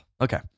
Okay